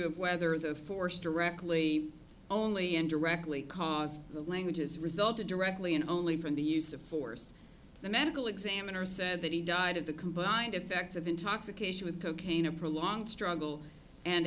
of whether the force directly only indirectly caused the languages resulted directly and only from the use of force the medical examiner said that he died of the combined effects of intoxication with cocaine a prolonged struggle and